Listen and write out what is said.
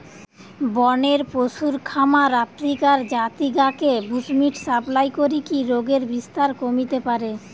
বনের পশুর খামার আফ্রিকার জাতি গা কে বুশ্মিট সাপ্লাই করিকি রোগের বিস্তার কমিতে পারে